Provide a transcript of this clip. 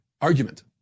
argument